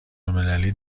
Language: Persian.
المللی